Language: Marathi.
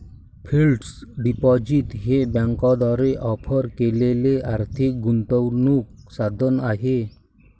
फिक्स्ड डिपॉझिट हे बँकांद्वारे ऑफर केलेले आर्थिक गुंतवणूक साधन आहे